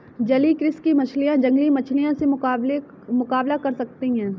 जलीय कृषि की मछलियां जंगली मछलियों से मुकाबला कर सकती हैं